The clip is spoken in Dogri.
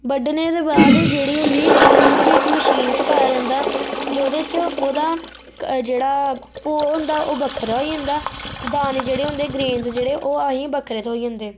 बड्ढने दे बाद जेह्ड़ी हुंदी उस इक मशीन च पाया जंदा जेह्दे च ओह्दा जेह्ड़ा भो हुंदा ओह् बक्खरा होई जंदा दाने जेह्ड़े हुंदे ग्रेन्स जेह्ड़े ओह् अहेंगी बक्खरे थ्होई जंदे